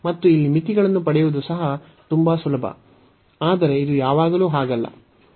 ಮತ್ತು ಇಲ್ಲಿ ಮಿತಿಗಳನ್ನು ಪಡೆಯುವುದು ಸಹ ತುಂಬಾ ಸುಲಭ ಆದರೆ ಇದು ಯಾವಾಗಲೂ ಹಾಗಲ್ಲ